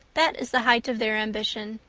that is the height of their ambition.